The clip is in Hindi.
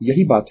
यही बात है